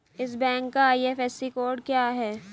इस बैंक का IFSC code क्या है?